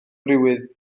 friwydd